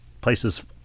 places